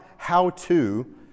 how-to